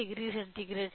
10 centigrade